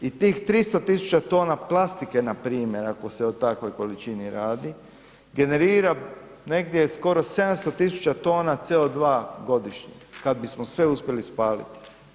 I tih 300 000 tona plastike npr. ako se o takvoj količini radi, generira negdje skoro 700 000 tona CO2 godišnje, kad bismo sve uspjeli spalit.